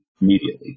immediately